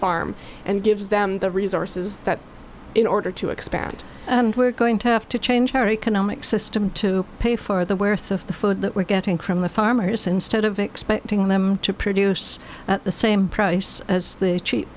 farm and gives them the resources that in order to expand and we're going to have to change our economic system to pay for the worth of the food that we're getting from the farmers instead of expecting them to produce the same price as the